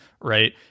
right